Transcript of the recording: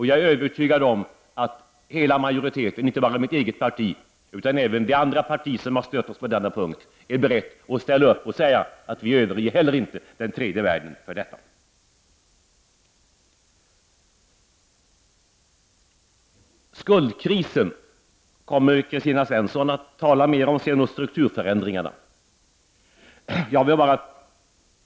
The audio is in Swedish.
Jag är övertygad om att hela majoriten, inte bara mitt eget parti utan även de andra partier som stött oss i denna fråga, är beredd att ställa upp och säga att vi inte överger tredje världen. Skuldkrisen och strukturförändringarna kommer Kristina Svensson att tala mer om sedan.